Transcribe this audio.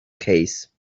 case